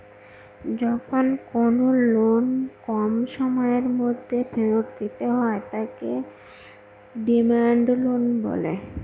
যখন কোনো লোন কম সময়ের মধ্যে ফেরত দিতে হয় তাকে ডিমান্ড লোন বলে